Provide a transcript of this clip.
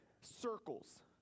circles